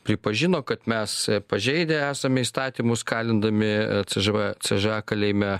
pripažino kad mes pažeidę esame įstatymus kalindami c ž v c ž a kalėjime